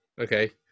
okay